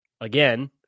Again